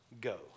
Go